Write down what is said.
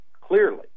clearly